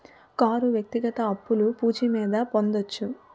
car వ్యక్తిగత అప్పులు పూచి మీద పొందొచ్చు